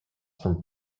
from